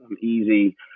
easy